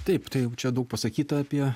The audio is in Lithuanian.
taip tai jau čia daug pasakyta apie